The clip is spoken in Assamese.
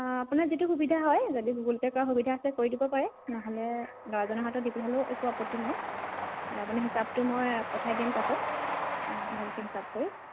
আপোনাৰ যিটো সুবিধা হয় যদি গুগুল পে' কৰাৰ সুবিধা আছে কৰি দিব পাৰে নহ'লে ল'ৰাজনৰ হাতত দি পঠালেও একো আপত্তি নাই আপুনি হিচাপটো মই পঠাই দিম পাছত ভালকৈ হিচাপ কৰি